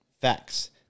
facts